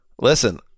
listen